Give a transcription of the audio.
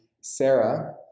Sarah